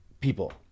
people